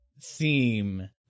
theme